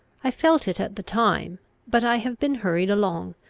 i felt it at the time but i have been hurried along,